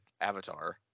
avatar